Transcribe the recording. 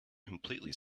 completely